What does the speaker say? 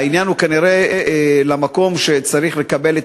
העניין הוא כנראה המקום שבו צריך לקבל את